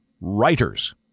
writers